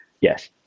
Yes